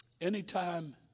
Anytime